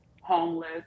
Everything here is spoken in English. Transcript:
homeless